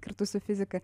kartu su fizika